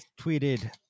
tweeted